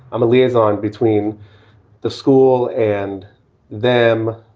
i'm a liaison between the school and them,